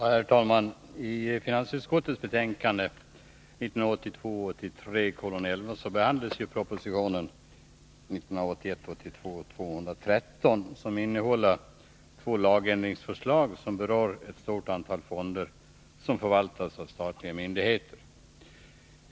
Herr talman! I finansutskottets betänkande 1982 82:213, som innehåller två lagändringsförslag vilka berör ett stort antal fonder som förvaltas av statliga myndigheter.